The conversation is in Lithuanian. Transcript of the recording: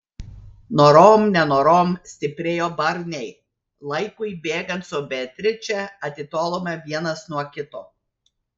norom nenorom stiprėjo barniai laikui bėgant su beatriče atitolome vienas nuo kito